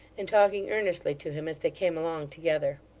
and talking earnestly to him as they came along together.